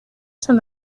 son